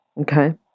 Okay